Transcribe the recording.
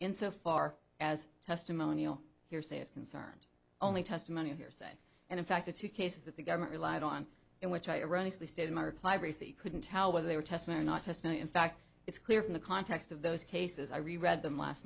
in so far as testimonial hearsay is concerned only testimony of hearsay and in fact the two cases that the government relied on and which ironically stayed in my reply brief that you couldn't tell whether they were testament or not just in fact it's clear from the context of those cases i read read them last